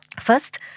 First